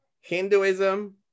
Hinduism